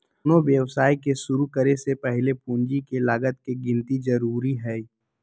कोनो व्यवसाय के शुरु करे से पहीले पूंजी के लागत के गिन्ती जरूरी हइ